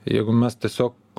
jeigu mes tiesiog